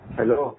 Hello